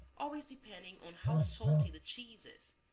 always depending on how salty the cheese is,